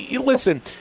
listen